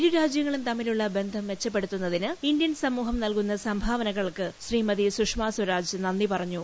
ഇരുരാജ്യങ്ങളും തമ്മിലുള്ള ബന്ധം മെച്ചപ്പെടുത്തുന്നതിന് ഇന്ത്യൻ സമൂഹം നൽകുന്ന സംഭാവനകൾക്ക് ശ്രീമതി സുഷമ സ്വരാജ് നന്ദി പറഞ്ഞു